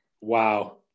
Wow